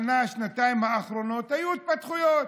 בשנה-שנתיים האחרונות היו התפתחויות,